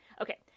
okay